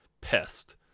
pest